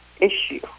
issue